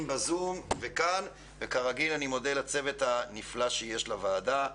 כאן ובזום ולצוות הנפלא של הוועדה,